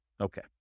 Okay